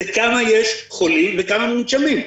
זה כמה יש חולים וכמה מונשמים.